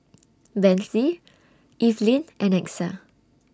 Bethzy Eveline and Exa